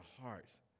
hearts